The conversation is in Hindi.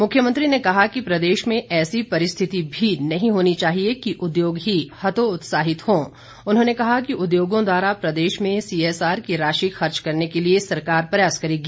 मुख्यमंत्री ने कहा कि प्रदेश में ऐसी परिस्थिति भी नहीं होनी चाहिए कि उद्योग ही हतोत्साहित हो उन्होंने कहा कि उद्योगों द्वारा प्रदेश में सीएसआर की राशि खर्च करने के लिए सरकार प्रयास करेगी